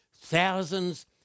thousands